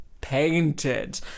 painted